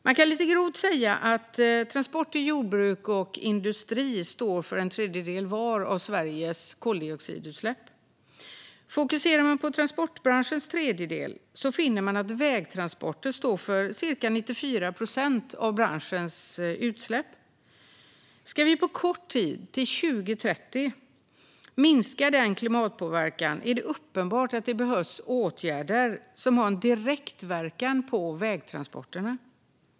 Man kan lite grovt säga att transporter, jordbruk och industri står för en tredjedel var av Sveriges koldioxidutsläpp. Fokuserar man på transportbranschens tredjedel finner man att vägtransporter står för ca 94 procent av branschens utsläpp. Ska vi på kort tid, till 2030, minska den klimatpåverkan är det uppenbart att det behövs åtgärder som har direktverkan på vägtransporterna.